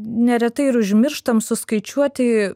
neretai ir užmirštam suskaičiuoti